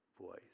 voice